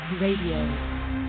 Radio